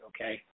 okay